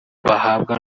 bahabwa